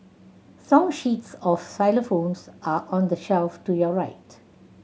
song sheets of xylophones are on the shelf to your right